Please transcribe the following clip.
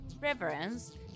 reverence